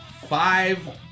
five